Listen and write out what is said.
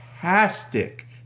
fantastic